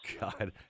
God